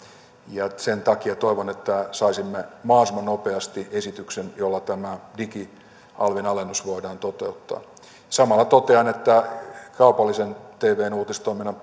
ja sen takia toivon että saisimme mahdollisimman nopeasti esityksen jolla tämä digialvin alennus voidaan toteuttaa samalla totean että kaupallisen tvn uutistoiminnan